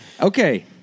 Okay